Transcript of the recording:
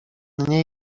nie